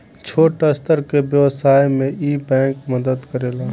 छोट स्तर के व्यवसाय में इ बैंक मदद करेला